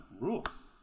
rules